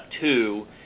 two